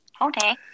Okay